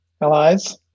allies